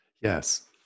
yes